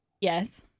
Yes